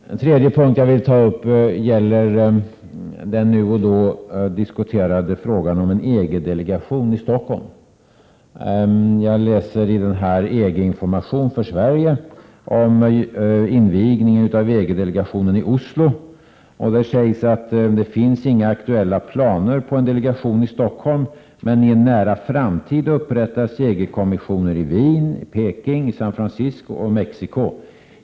Den tredje punkt som jag vill ta upp gäller den nu och då diskuterade frågan om en EG-delegation i Stockholm. Jag läser i EG-information för Sverige om invigningen av EG-delegationen i Oslo. Där sägs det att det inte finns några aktuella planer på en delegation i Stockholm men att det i en nära framtid kommer att upprättas EG-delegationer i Wien, Peking, San Francisco och Mexico.